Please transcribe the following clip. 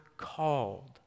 Called